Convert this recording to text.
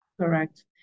Correct